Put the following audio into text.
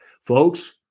Folks